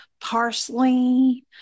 parsley